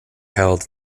held